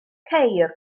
ceir